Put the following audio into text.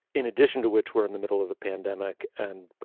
in addition to which, we're in the middle of a pandemic and,